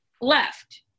left